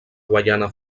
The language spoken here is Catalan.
guaiana